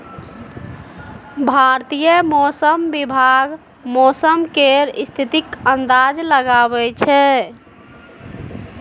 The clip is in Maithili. भारतीय मौसम विभाग मौसम केर स्थितिक अंदाज लगबै छै